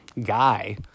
guy